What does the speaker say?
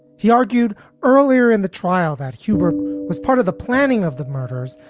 he argued earlier in the trial that humor was part of the planning of the murders,